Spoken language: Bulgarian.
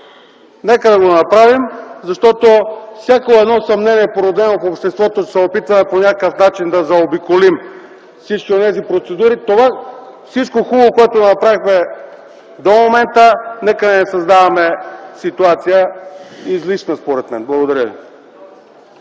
Нека да го направим, защото всяко съмнение, породено в обществото, се опитваме по някакъв начин да заобиколим – всички онези процедури. Всичко хубаво, което направихме до момента – нека не създаваме ситуация, излишна според мен. Благодаря ви.